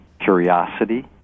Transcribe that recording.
curiosity